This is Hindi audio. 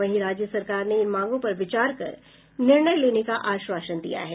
वहीं राज्य सरकार ने इन मांगों पर विचार कर निर्णय लेने का आश्वासन दिया है